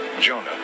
Jonah